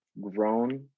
grown